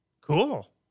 Cool